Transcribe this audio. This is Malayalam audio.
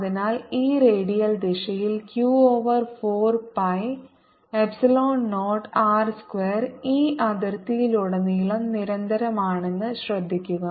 അതിനാൽ E റേഡിയൽ ദിശയിൽ q over 4 pi epsilon 0 r square E അതിർത്തിയിലുടനീളം നിരന്തരമാണെന്ന് ശ്രദ്ധിക്കുക